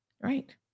Right